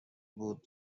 بود